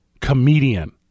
Comedian